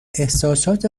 احسسات